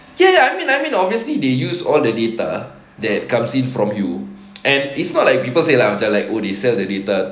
ya ya I mean I mean obviously they use all the data that comes in from you and it's not like people say like after that like oh they sell the data